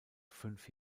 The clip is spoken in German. fünf